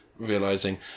realizing